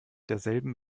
derselben